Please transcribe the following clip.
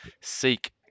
Seek